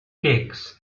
cakes